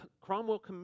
Cromwell